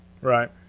Right